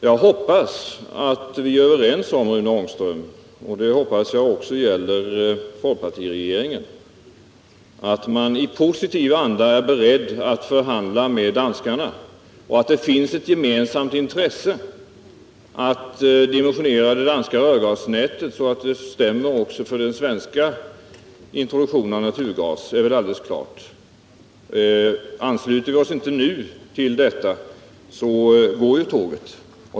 Jag hoppas att Rune Ångström, folkpartiet och jag kan vara överens om att i positiv anda vara beredda att förhandla med danskarna. Det finns ett gemensamt intresse av att dimensionera det danska rörgasnätet så att det stämmer med den svenska introduktionen av naturgas. Det är väl alldeles klart. Ansluter vi oss inte nu, går ju tåget.